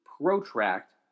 protract